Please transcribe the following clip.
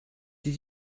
did